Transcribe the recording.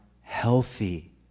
healthy